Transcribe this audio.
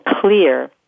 clear